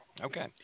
Okay